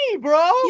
bro